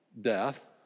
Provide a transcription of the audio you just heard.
death